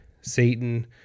Satan